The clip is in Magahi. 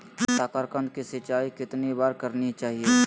साकारकंद की सिंचाई कितनी बार करनी चाहिए?